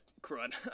crud